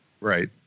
Right